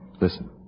Listen